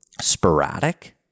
Sporadic